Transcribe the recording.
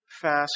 fast